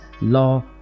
law